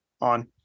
on